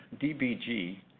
DBG